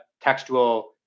textual